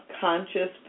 conscious